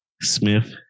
Smith